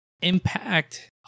impact